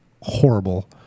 horrible